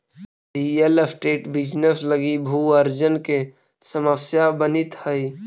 real estate business लगी भू अर्जन के समस्या बनित हई